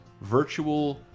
virtual